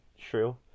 true